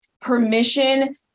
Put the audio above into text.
permission